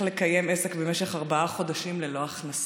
לקיים עסק במשך ארבעה חודשים ללא הכנסה.